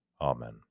Amen